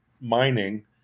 mining